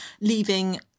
leaving